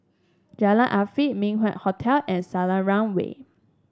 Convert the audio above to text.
Jalan Afifi Min Wah Hotel and Selarang Way